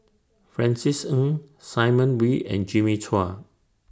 Francis Ng Simon Wee and Jimmy Chua